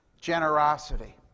generosity